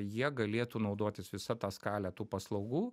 jie galėtų naudotis visa ta skale tų paslaugų